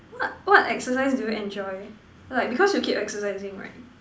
what what exercise do you enjoy like because you keep exercising right